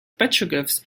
petroglyphs